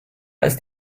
ist